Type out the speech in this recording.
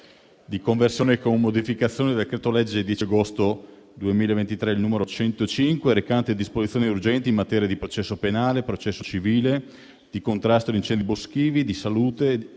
in legge, con modificazioni, del decreto-legge 10 agosto 2023, n. 105, recante disposizioni urgenti in materia di processo penale, di processo civile, di contrasto agli incendi boschivi, di recupero